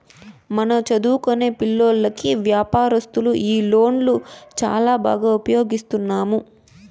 మన చదువుకొనే పిల్లోల్లకి వ్యాపారస్తులు ఈ లోన్లు చాలా బాగా ఉపయోగిస్తున్నాము